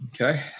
Okay